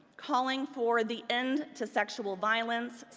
calling for the end to sexual violence,